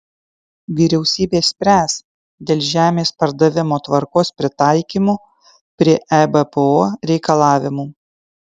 vyriausybė spręs dėl žemės pardavimo tvarkos pritaikymo prie ebpo reikalavimų